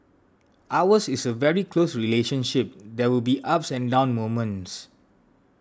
ours is a very close relationship there will be ups and down moments